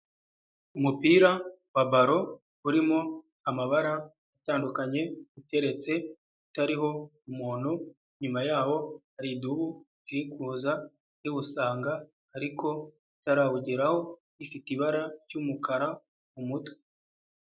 Umupira wa baro urimo amabara atandukanye uteretse utariho umuntu, inyuma ya'wo hari idubu iri kuza iwusanga ariko itarawugeraho ifite ibara ry'umukara ku mutwe.